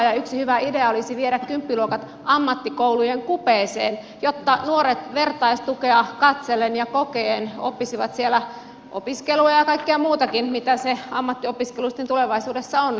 yksi hyvä idea olisi viedä kymppiluokat ammattikoulujen kupeeseen jotta nuoret vertaistukea katsellen ja kokien oppisivat siellä opiskelua ja kaikkea muutakin mitä se ammattiopiskelu sitten tulevaisuudessa on